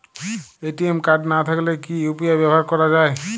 ATM card না থাকলে কি ইউ.পি.আই ব্যবহার করা য়ায়?